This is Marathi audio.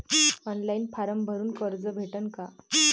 ऑनलाईन फारम भरून कर्ज भेटन का?